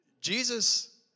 Jesus